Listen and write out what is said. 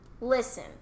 listen